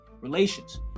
relations